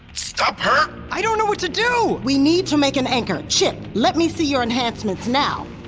stop her. i don't know what to do! we need to make an anchor. chip, let me see your enhancements, now!